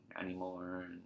anymore